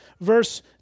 verse